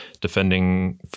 defending